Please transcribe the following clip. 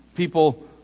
People